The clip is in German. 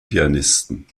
pianisten